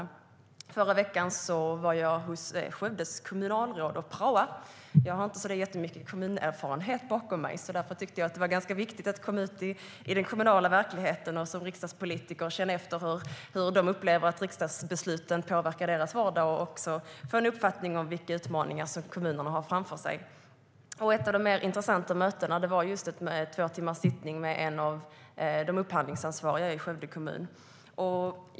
I förra veckan var jag hos Skövdes kommunalråd och praoade. Jag har inte så jättemycket kommunerfarenhet bakom mig. Därför tyckte jag att det var ganska viktigt att komma ut i den kommunala verkligheten och som riksdagspolitiker känna efter hur de upplever att riksdagsbesluten påverkar deras vardag och få en uppfattning om vilka utmaningar som kommunerna har framför sig. Ett av de mer intressanta mötena var en tvåtimmarssittning med en av de upphandlingsansvariga i Skövde kommun.